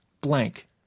blank